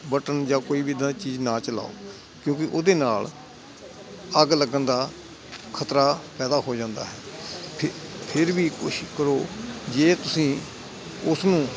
button ਜਾਂ ਕੋਈ ਵੀ ਇੱਦਾਂ ਦੀ ਚੀਜ਼ ਨਾ ਚਲਾਓ ਕਿਉਂਕਿ ਉਹਦੇ ਨਾਲ ਅੱਗ ਲੱਗਣ ਦਾ ਖ਼ਤਰਾ ਪੈਦਾ ਹੋ ਜਾਂਦਾ ਹੈ ਫਿ ਫਿਰ ਵੀ ਕੋਸ਼ਿਸ਼ ਕਰੋ ਜੇ ਤੁਸੀਂ ਉਸ ਨੂੰ